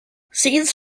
scenes